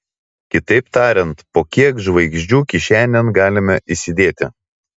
kitaip tariant po kiek žvaigždžių kišenėn galime įsidėti